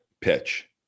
pitch